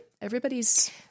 Everybody's